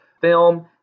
film